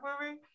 movie